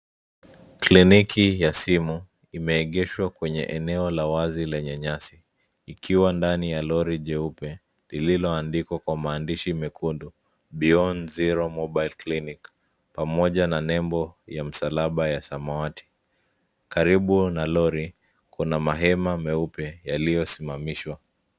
Kliniki ya simu, imeegeshwa kwenye eneo la wazi lenye nyasi, ikiwa ndani ya lori jeupe lililoandikwa kwa maandishi mekundu Beyond zero mobile clinic pamoja na nembo ya msalaba ya samawati. Karibu na lori, kuna mahema meupe yaliyosimamishwa.